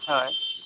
ᱦᱳᱭ